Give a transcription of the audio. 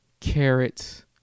carrots